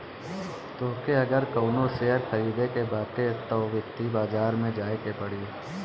तोहके अगर कवनो शेयर खरीदे के बाटे तअ वित्तीय बाजार में जाए के पड़ी